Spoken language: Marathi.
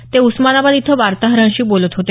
ते उस्मानाबाद इथं वार्ताहरांशी बोलत होते